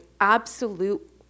absolute